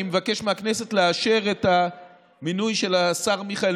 אני מבקש מהכנסת לאשר את המינוי של השר מיכאל